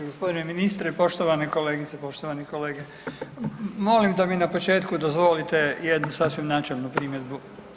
Gospodine ministre i poštovane kolegice, poštovani kolege, molim da mi na početku dozvolite jednu sasvim načelnu primjedbu.